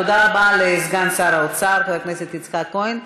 תודה רבה לסגן שר האוצר חבר הכנסת יצחק כהן.